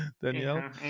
danielle